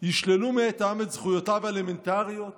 ישללו מאת העם את זכויותיו האלמנטריות